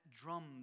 drum